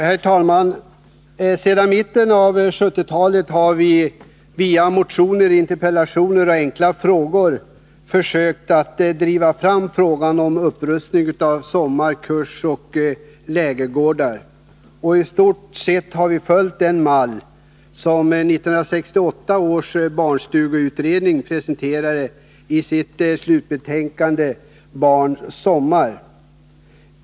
Herr talman! Sedan 1970-talet har vi via motioner, interpellationer och frågor försökt att driva fram frågan om upprustning av sommar-, kursoch lägergårdar. Vi har i stort följt den mall som 1968 års barnstugeutredning presenterade i sitt slutbetänkande Barns sommar.